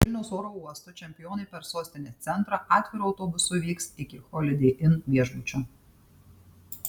iš vilniaus oro uosto čempionai per sostinės centrą atviru autobusu vyks iki holidei inn viešbučio